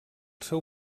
seu